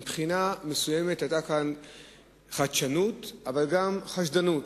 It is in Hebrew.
מבחינה מסוימת היתה כאן חדשנות, אבל גם חשדנות,